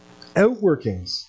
outworkings